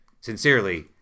Sincerely